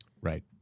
Right